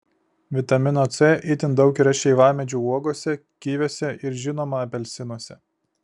vitamino c itin daug yra šeivamedžių uogose kiviuose ir žinoma apelsinuose